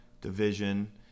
division